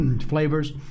flavors